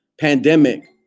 pandemic